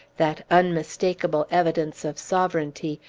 that unmistakable evidence of sovereignty,